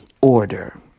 Order